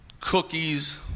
cookies